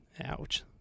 Ouch